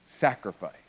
Sacrifice